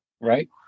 right